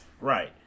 Right